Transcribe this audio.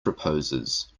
proposes